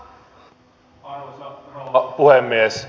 arvoisa rouva puhemies